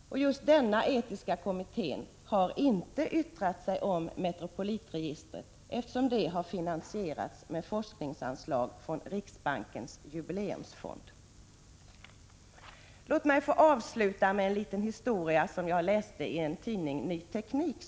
Denna etiska kommitté har inte yttrat sig om Metropolitregistret, eftersom det har finansierats med forskningsanslag från Riksbankens jubileumsfond. Låt mig få avsluta med en liten historia, som jag läste i tidskriften Ny Teknik.